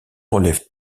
relèvent